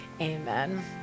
Amen